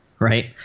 Right